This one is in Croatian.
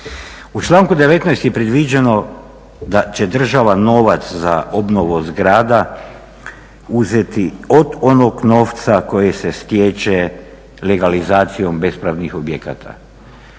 U članku 19. je predviđeno da će država novac za obnovu zgrada uzeti od onog novca koji se stječe legalizacijom bespravnih objekata.